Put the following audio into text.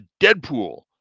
Deadpool